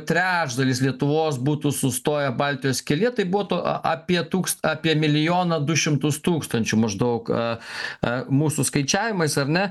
trečdalis lietuvos būtų sustoję baltijos kelyje tai būtų apie tūks apie milijoną du šimtus tūkstančių maždaug mūsų skaičiavimais ar ne